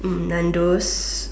Nando's